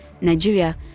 Nigeria